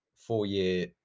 four-year